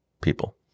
people